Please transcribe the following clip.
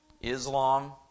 Islam